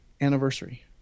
anniversary